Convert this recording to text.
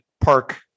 park